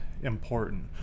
important